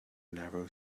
narrow